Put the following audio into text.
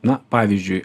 na pavyzdžiui